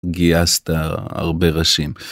גייסת הרבה ראשים.